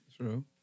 true